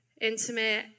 intimate